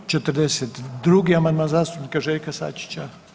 42. amandman zastupnika Željka Sačića.